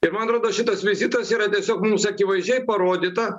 ir man atrodo šitas vizitas yra tiesiog mums akivaizdžiai parodyta